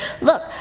look